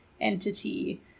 entity